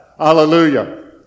Hallelujah